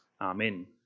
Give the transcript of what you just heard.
Amen